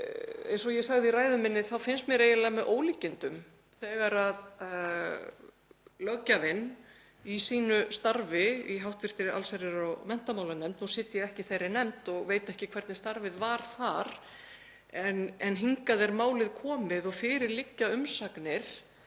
eins og ég sagði í ræðu minni finnst mér eiginlega með ólíkindum þegar löggjafinn í sínu starfi í hv. allsherjar- og menntamálanefnd — ég sit ekki í þeirri nefnd og veit ekki hvernig starfið var þar. En hingað er málið komið og fyrir liggja umsagnir